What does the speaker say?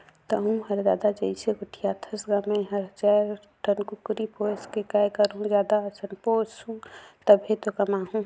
तहूँ हर ददा जइसे गोठियाथस गा मैं हर दू चायर ठन कुकरी पोयस के काय करहूँ जादा असन पोयसहूं तभे तो कमाहूं